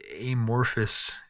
amorphous